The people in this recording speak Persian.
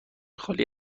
خالی